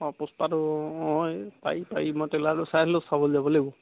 অঁ পুস্পা টু অঁ এই পাৰি পাৰি মই টেইলাৰটো চাইছিলোঁ চাবলৈ যাব লাগিব